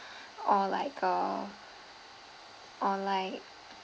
or like uh or like